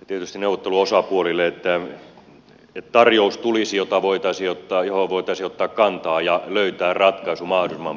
ja tietysti neuvotteluosapuolille että tulisi tarjous johon voitaisiin ottaa kantaa ja voitaisiin löytää ratkaisu mahdollisimman pian